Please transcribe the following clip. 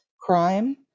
crime